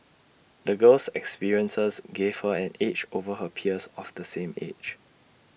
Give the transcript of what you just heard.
the girl's experiences gave her an edge over her peers of the same age